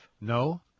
No